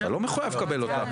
אתה לא מחויב לקבל אותה.